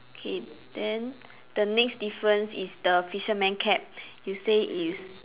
K then the next difference is the fisherman cap you say is